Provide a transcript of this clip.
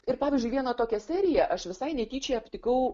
ir pavyzdžiui vieną tokią seriją aš visai netyčia aptikau